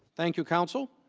thank you, counsel.